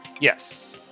Yes